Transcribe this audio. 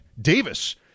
Davis